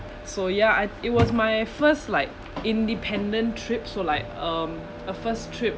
so ya I it was my first like independent trip so like um a first trip